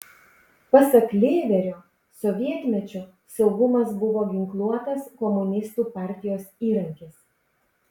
pasak lėverio sovietmečiu saugumas buvo ginkluotas komunistų partijos įrankis